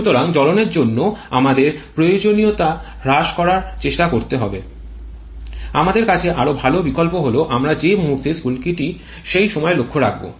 সুতরাং জ্বলনের জন্য সময়ের প্রয়োজনীয়তা হ্রাস করার চেষ্টা করার পরিবর্তে আমাদের কাছে আরও ভাল বিকল্প হল আমরা যে মুহূর্তে স্ফুলকিটি হয় সেই সময় লক্ষ্য রাখা